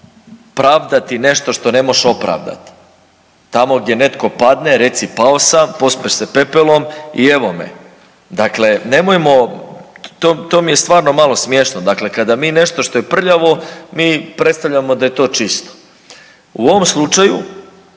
pravdati nešto što ne moš opravdati, tamo gdje neko padne reci pao sam, pospeš se pepelom i evo me. Dakle, nemojmo to mi je stvarno malo smiješno, dakle kada mi nešto što je prljavo mi predstavljamo da je to čisto. U ovom slučaju